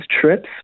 trips